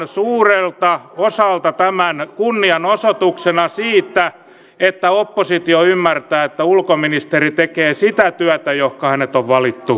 otan suurelta osalta tämän kunnianosoituksena siitä että oppositio ymmärtää että ulkoministeri tekee sitä työtä johonka hänet on valittu